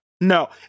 No